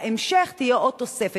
בהמשך תהיה עוד תוספת,